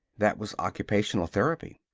that was occupational therapy.